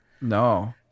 No